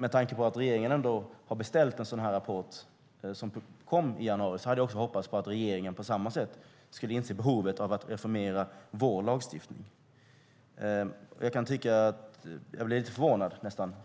Med tanke på att regeringen ändå har beställt en sådan rapport som kom i januari hade jag också hoppats på att regeringen på samma sätt skulle inse behovet av att reformera vår lagstiftning. Jag blir nästan lite förvånad